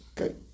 Okay